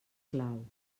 clau